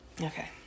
okay